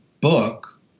book